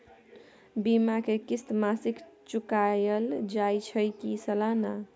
बीमा के किस्त मासिक चुकायल जाए छै की सालाना?